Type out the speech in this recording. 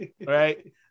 Right